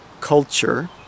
culture